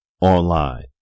online